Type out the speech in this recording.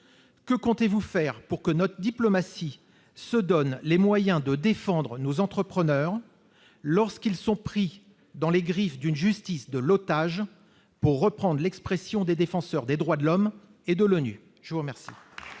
Que comptez-vous faire pour que notre diplomatie se donne les moyens de défendre nos entrepreneurs lorsqu'ils sont pris dans les griffes d'une « justice de l'otage », pour reprendre une expression employée par les défenseurs des droits de l'homme et par l'ONU ? La parole